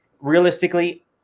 Realistically